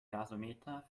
gasometer